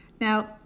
Now